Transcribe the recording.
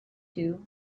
two